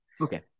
Okay